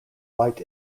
light